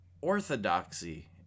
orthodoxy